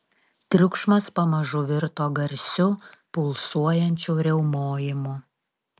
triukšmas pamažu virto garsiu pulsuojančiu riaumojimu